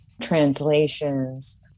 translations